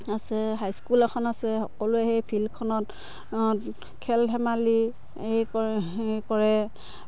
আছে high school এখন আছে সকলোৱে সেই ফিল্ডখনত খেল ধেমালি কৰে সেই কৰে